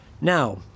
Now